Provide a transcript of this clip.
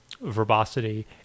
verbosity